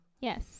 Yes